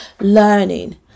learning